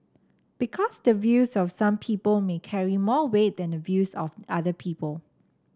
because the views of some people may carry more weight than the views of other people